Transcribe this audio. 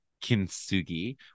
Kintsugi